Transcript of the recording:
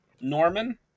Norman